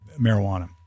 marijuana